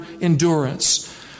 endurance